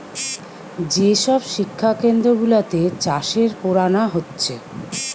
যে সব শিক্ষা কেন্দ্র গুলাতে চাষের পোড়ানা হচ্ছে